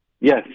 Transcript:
Yes